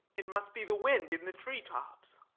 it must be the wind in the tree-tops.